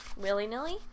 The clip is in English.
willy-nilly